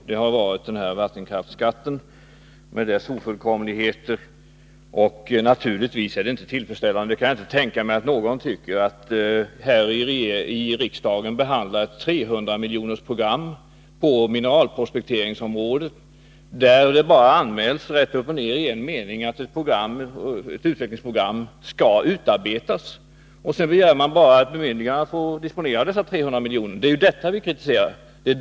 Sådan har varit t.ex. frågan om vattenkraftsskatt med dess ofullkomligheter. Naturligtvis är detta inte tillfredsställande. Jag kan inte tänka mig att det är någon som tycker att man här i riksdagen skall behandla ett 300-miljonersprogram på mineralprospekteringsområdet, då det rent upp och ner i en mening anmäls att ett utvecklingsprogram skall utarbetas. Man menar att de bemyndigade får disponera dessa 300 miljoner. Det är detta vi kritiserar.